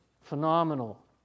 phenomenal